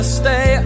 stay